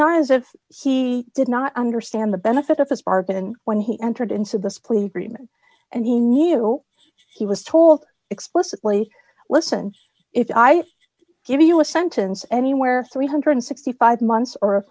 not as if he did not understand the benefit of this bargain when he entered into this plea agreement and he knew he was told explicitly listen if i give you a sentence anywhere three hundred and sixty five months or